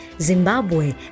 Zimbabwe